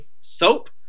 soap